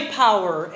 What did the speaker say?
power